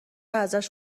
ازش